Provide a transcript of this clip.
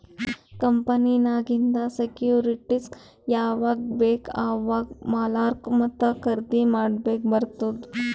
ಕಂಪನಿನಾಗಿಂದ್ ಸೆಕ್ಯೂರಿಟಿಸ್ಗ ಯಾವಾಗ್ ಬೇಕ್ ಅವಾಗ್ ಮಾರ್ಲಾಕ ಮತ್ತ ಖರ್ದಿ ಮಾಡ್ಲಕ್ ಬಾರ್ತುದ್